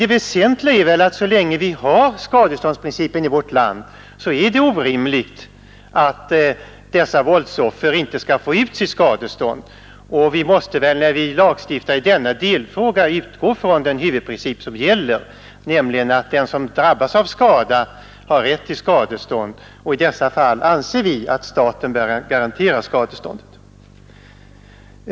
Det väsentliga är väl emellertid att det så länge vi tillämpar skadeståndsprincipen i vårt land är orimligt att de våldsoffer det här gäller inte skall få ut sitt skadestånd. Vi måste när vi lagstiftar i denna delfråga utgå ifrån den huvudprincip som gäller, nämligen att den som drabbas av skada har rätt till skadestånd, och i dessa fall anser vi att staten bör garantera skadeståndet.